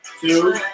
Two